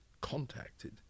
contacted